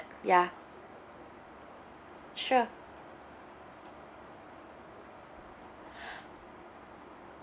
ya sure